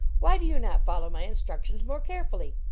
why do you not follow my instructions more carefully?